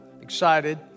excited